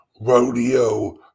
Rodeo